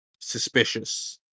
suspicious